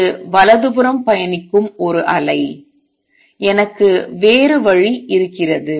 இது வலதுபுறம் பயணிக்கும் ஒரு அலை எனக்கும் வேறு வழி இருக்கிறது